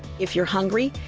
if you're hungry,